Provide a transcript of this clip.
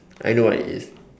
I know what it is